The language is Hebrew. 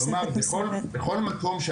כלומר תוספת מסוימת.